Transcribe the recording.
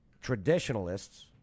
traditionalists